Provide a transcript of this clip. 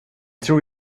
tror